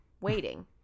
waiting